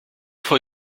for